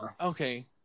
Okay